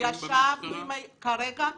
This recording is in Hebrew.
כרגע כן.